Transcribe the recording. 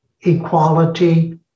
equality